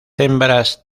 hembras